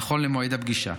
נכון למועד הפגישה.